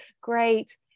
Great